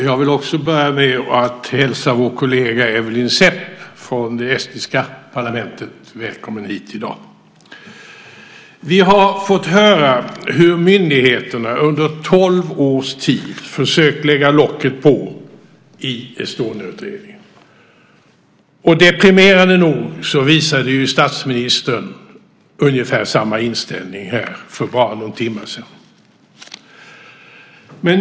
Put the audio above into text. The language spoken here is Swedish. Fru talman! Jag vill börja med att hälsa vår kollega Evelyn Sepp från det estniska parlamentet välkommen hit i dag. Vi har fått höra hur myndigheterna under tolv års tid försökt lägga locket på i Estoniautredningen. Deprimerande nog visade statsministern ungefär samma inställning här för bara någon timme sedan.